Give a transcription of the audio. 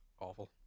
awful